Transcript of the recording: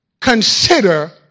consider